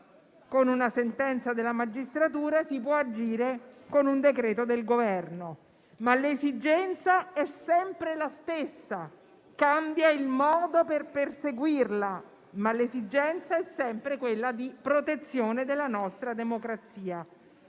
con una sentenza della magistratura o con un decreto del Governo. Ma l'esigenza è sempre la stessa: cambia il modo per perseguirla, ma l'esigenza è sempre quella di protezione della nostra democrazia.